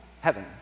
heaven